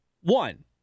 one